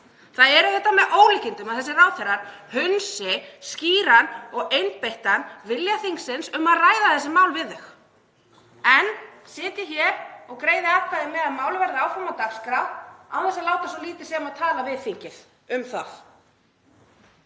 Það er auðvitað með ólíkindum að þessir ráðherrar hunsi skýran og einbeittan vilja þingsins um að ræða þessi mál við það en sitji hér og greiði atkvæði með því að málið verði áfram á dagskrá án þess að láta svo lítið sem tala við þingið um það.